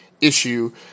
issue